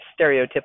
stereotypical